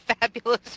fabulous